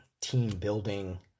team-building